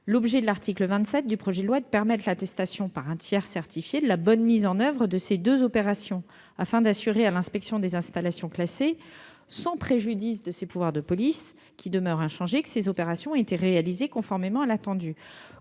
L'objet de l'article 27 du projet de loi est de permettre l'attestation par un tiers certifié de la bonne mise en oeuvre de ces deux opérations, afin d'assurer à l'inspection des installations classées, sans préjudice de ses pouvoirs de police, qui demeurent inchangés, que ces opérations ont été réalisées conformément à l'attendu.